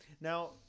Now